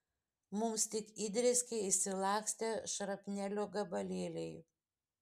mums tik įdrėskė išsilakstę šrapnelio gabalėliai